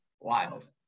wild